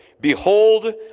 behold